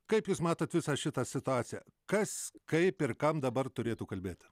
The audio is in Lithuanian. kaip jūs matot visą šitą situaciją kas kaip ir kam dabar turėtų kalbėti